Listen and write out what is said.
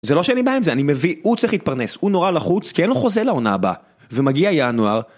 זה לא שאין לי בעיה עם זה, אני מביא, הוא צריך להתפרנס, הוא נורא לחוץ כי אין לו חוזה לעונה הבא, ומגיע ינואר.